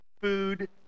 food